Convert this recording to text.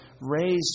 raised